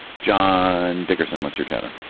john dickerson what's your chatter.